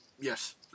Yes